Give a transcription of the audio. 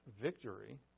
victory